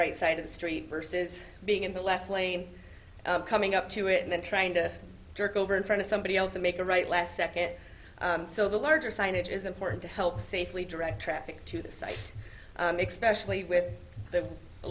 right side of the street versus being in the left lane coming up to it and then trying to jerk over in front of somebody else to make a right last second so the larger signage is important to help safely direct traffic to the site expression with the a